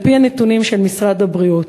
על-פי הנתונים של משרד הבריאות,